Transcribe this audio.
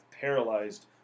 paralyzed